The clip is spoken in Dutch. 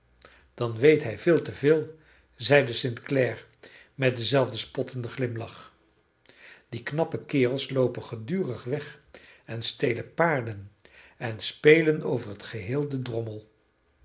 dan weet hij veel te veel zeide st clare met denzelfden spottenden glimlach die knappe kerels loopen gedurig weg en stelen paarden en spelen over het geheel den drommel